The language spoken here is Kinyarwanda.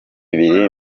ibiri